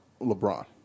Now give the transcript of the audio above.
LeBron